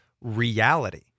reality